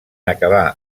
acabar